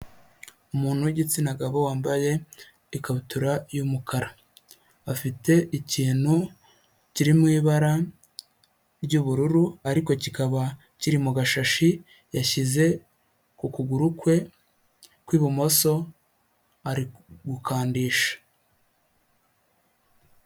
Umuntu w'igitsina gabo wambaye ikabutura y'umukara. Afite ikintu kiri mu ibara ry'ubururu ariko kikaba kiri mu gashashi yashyize Kukuguru kwe kw'ibumoso ari gukandisha.